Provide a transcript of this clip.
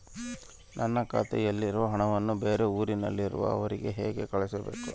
ನನ್ನ ಖಾತೆಯಲ್ಲಿರುವ ಹಣವನ್ನು ಬೇರೆ ಊರಿನಲ್ಲಿರುವ ಅವರಿಗೆ ಹೇಗೆ ಕಳಿಸಬೇಕು?